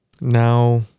now